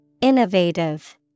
Innovative